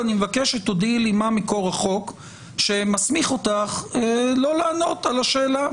ואני מבקש שתודיעי לי מה מקור החוק שמסמיך אותך לא לענות על השאלה.